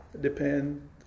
depend